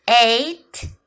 eight